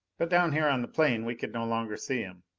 but down here on the plain we could no longer see him.